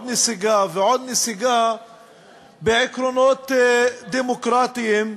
נסיגה ועוד נסיגה בעקרונות דמוקרטיים.